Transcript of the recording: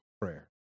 prayer